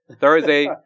Thursday